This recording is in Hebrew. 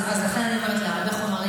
לכן אני אומרת שיש להרבה חומרים,